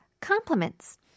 compliments